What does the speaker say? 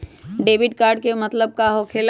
Debit card के का मतलब होकेला?